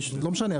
לא משנה,